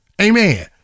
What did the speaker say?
amen